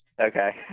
Okay